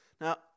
Now